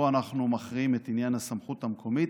פה אנחנו מכריעים את עניין הסמכות המקומית.